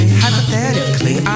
hypothetically